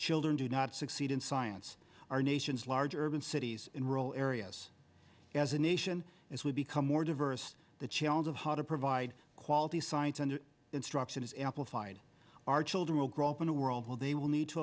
children do not succeed in science are nations large urban cities in rural areas as a nation as we become more diverse the challenge of how to provide quality science and instruction is amplified our children will grow up in a world where they will need to